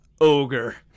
Ogre